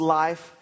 life